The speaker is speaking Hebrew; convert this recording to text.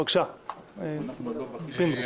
בבקשה, פינדרוס.